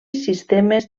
sistemes